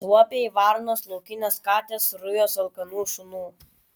suopiai varnos laukinės katės rujos alkanų šunų